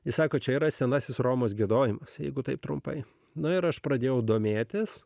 jis sako čia yra senasis romos giedojimas jeigu taip trumpai na ir aš pradėjau domėtis